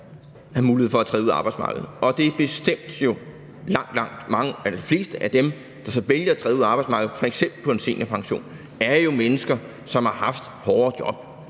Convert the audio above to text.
have mulighed for at træde ud af arbejdsmarkedet, og det er jo bestemt sådan, at langt, langt de fleste af dem, der så vælger at træde ud af arbejdsmarkedet på f.eks. en seniorpension, er mennesker, som har haft hårde job.